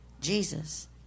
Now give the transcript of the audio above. Jesus